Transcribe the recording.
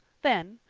then,